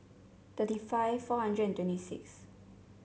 thirty five four hundred and twenty six